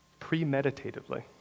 premeditatively